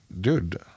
dude